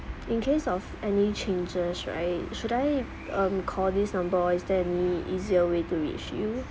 in case of any changes right should I um call this number or is there any easier way to reach you